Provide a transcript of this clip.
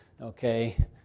okay